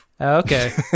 Okay